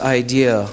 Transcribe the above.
idea